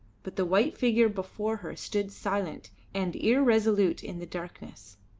but the white figure before her stood silent and irresolute in the darkness.